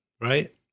Right